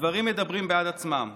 הדברים מדברים בעד עצמם,